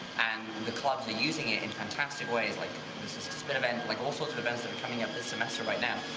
and the clubs are using it in fantastic ways like this this but event, like all sorts of events that are coming up this semester right now.